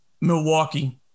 Milwaukee